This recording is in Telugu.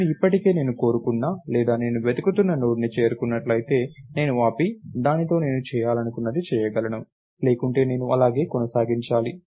నేను ఇప్పటికే నేను కోరుకున్న లేదా నేను వెతుకుతున్న నోడ్కి చేరుకున్నట్లయితే నేను ఆపి దానితో నేను చేయాలనుకున్నది చేయగలను లేకుంటే నేను అలాగే కొనసాగించాలి